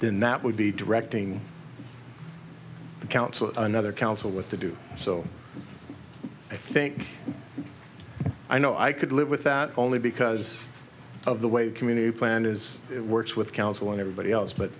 then that would be directing the council another council what to do so i think i know i could live with that only because of the way the community plan is it works with council and everybody